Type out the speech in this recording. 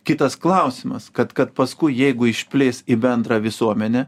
kitas klausimas kad kad paskui jeigu išplis į bendrą visuomenę